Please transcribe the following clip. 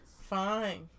Fine